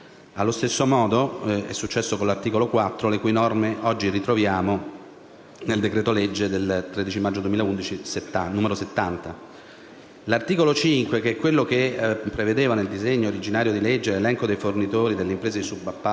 Allo stesso modo è successo con l'articolo 4, le cui norme oggi ritroviamo nel decreto-legge 13 maggio 2011, n. 70. L'articolo 5, quello che prevedeva nel disegno di legge originario l'elenco dei fornitori e delle imprese di subappalto,